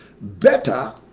Better